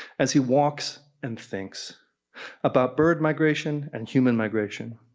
as he walks and thinks about bird migration and human migration,